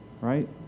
right